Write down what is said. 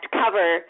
cover